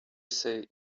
say